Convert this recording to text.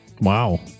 Wow